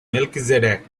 melchizedek